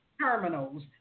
terminals